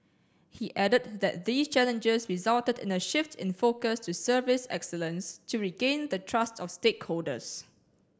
he added that these challenges resulted in a shift in focus to service excellence to regain the trust of stakeholders